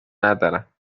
ندارم